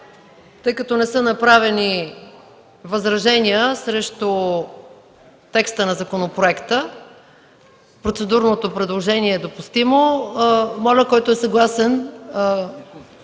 Тъй като не са направени възражения срещу текста на законопроекта, процедурното предложение е допустимо. Моля, гласувайте